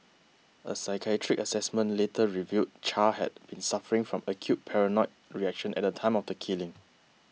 a psychiatric assessment later revealed Char had been suffering from acute paranoid reaction at the time of the killing